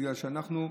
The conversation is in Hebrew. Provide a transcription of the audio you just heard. בגלל שאנחנו,